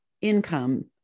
income